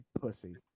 Pussy